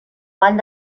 vall